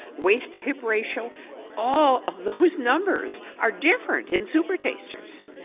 waist to hip ratio all of those numbers are different in supertasters.